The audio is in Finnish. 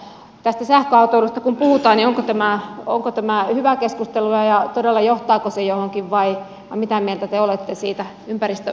kun tästä sähköautoilusta puhutaan niin onko tämä hyvää keskustelua ja johtaako se todella johonkin vai mitä mieltä te olette siitä ympäristöministerinä